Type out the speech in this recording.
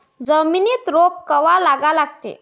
जमिनीत रोप कवा लागा लागते?